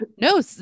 no